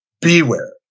Beware